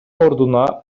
ордуна